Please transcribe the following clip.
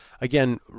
again